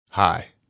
Hi